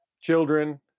children